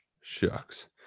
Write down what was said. Shucks